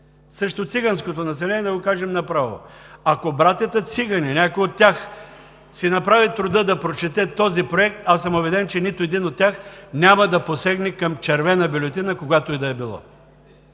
срещу циганското население, да го кажем направо. Ако някой от братята цигани си направи труда да прочете този проект, аз съм убеден, че нито един от тях няма да посегне към червена бюлетина когато и да било.